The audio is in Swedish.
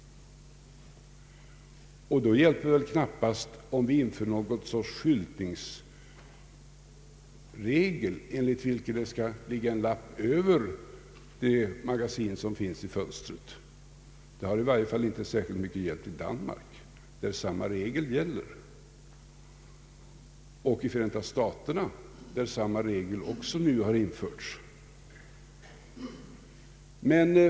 Då hjälper det knappast om vi inför någon sorts skyltningsregel, enligt vilken det skall ligga en lapp över ett magasin som finns i fönstret. Det har i varje fall inte hjälpt särskilt mycket i Danmark, där samma regel gäller, och inte heller i Förenta staterna, där den regeln nu också införts.